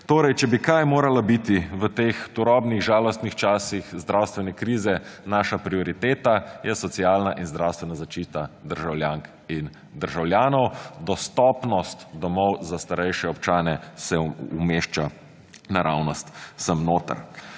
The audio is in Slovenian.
Torej, če bi kaj moralo biti v teh turobnih, žalostnih časih zdravstvene krize naša prioriteta, je socialna in zdravstvena zaščita državljank in državljanov, dostopnost domov za starejše občane se umešča naravnost sem noter.